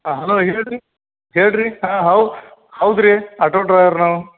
ಹಾಂ ಹಲೋ ಹೇಳ್ರಿ ಹೇಳ್ರಿ ಹಾಂ ಹೌದು ರೀ ಆಟೋ ಡ್ರೈವರ್ ನಾವು